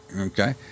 okay